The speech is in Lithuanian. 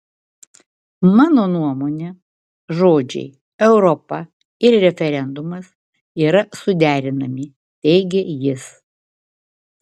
mano nuomone žodžiai europa ir referendumas yra suderinami teigė jis